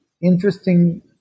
interesting